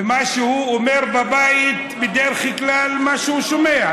ומה שהוא אומר בבית זה בדרך כלל מה שהוא שומע,